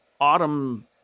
autumn